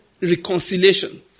reconciliation